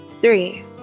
Three